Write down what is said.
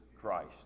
Christ